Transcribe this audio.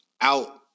out